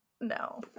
No